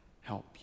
help